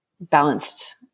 balanced